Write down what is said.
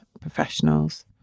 professionals